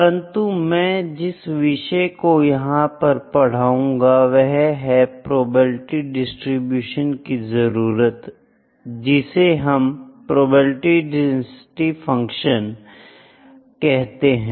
परंतु मैं जिस विषय को यहां पर पढ़ाऊंगा वह है प्रोबेबिलिटी डिस्ट्रीब्यूशन की जरूरत जिसे हम प्रोबेबिलिटी डेंसिटी फंक्शन कहते हैं